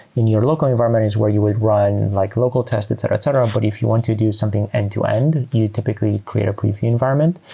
in your local environment is where you would run like local test, etc. etc. but if you want to do something end-to-end, you typically create a preview environment.